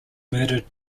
murdered